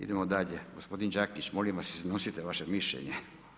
Idemo dalje, gospodin Đakić, molim vas, iznosite vaše mišljenje.